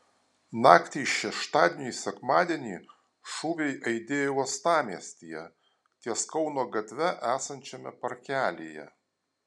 naktį iš šeštadienio į sekmadienį šūviai aidėjo uostamiestyje ties kauno gatve esančiame parkelyje